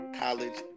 college